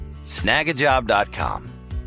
Snagajob.com